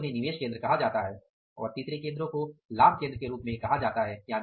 इसलिए उन्हें निवेश केंद्र कहा जाता है और तीसरे केंद्रों को लाभ केंद्र के रूप में जाना जाता है